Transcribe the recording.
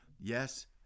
Yes